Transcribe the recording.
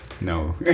No